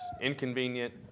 inconvenient